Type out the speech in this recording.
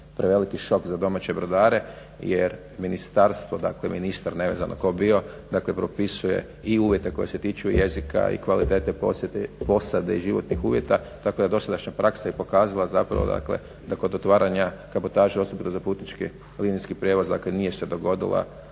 preveliki šok za domaće brodare jer ministarstvo, dakle ministar nevezano tko bio, dakle propisuje i uvjete koji se tiču jezika i kvalitete posade i životnih uvjeta tako da dosadašnja praksa je i pokazala zapravo, dakle da kod otvaranja kabotaže osobito za putnički linijski prijevoz, dakle nije se dogodilo